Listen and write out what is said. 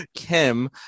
Kim